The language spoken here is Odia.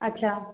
ଆଚ୍ଛା